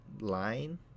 line